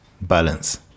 Balance